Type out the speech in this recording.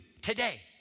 today